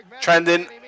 Trending